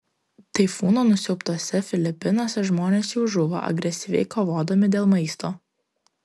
taifūno nusiaubtuose filipinuose žmonės jau žūva agresyviai kovodami dėl maisto